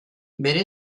bere